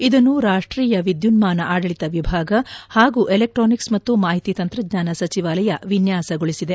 ಇದನ್ನು ರಾಷ್ಟೀಯ ವಿದ್ಯುನ್ಮಾನ ಆದಳಿತ ವಿಭಾಗ ಹಾಗೂ ಎಲೆಕ್ಟಾನಿಕ್ಸ್ ಮತ್ತು ಮಾಹಿತಿ ತಂತ್ರಜ್ಞಾನ ಸಚಿವಾಲಯ ವಿನ್ಯಾಸಗೊಳಿಸಿದೆ